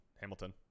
Hamilton